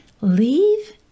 leave